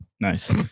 Nice